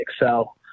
excel